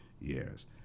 years